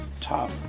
top